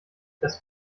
das